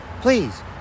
please